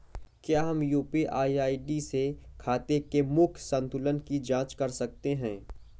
क्या हम UPI ID से खाते के मूख्य संतुलन की जाँच कर सकते हैं?